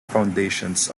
foundations